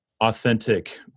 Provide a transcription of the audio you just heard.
authentic